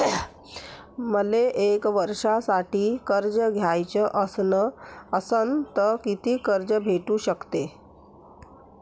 मले एक वर्षासाठी कर्ज घ्याचं असनं त कितीक कर्ज भेटू शकते?